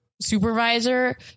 supervisor